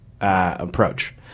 approach